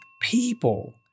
people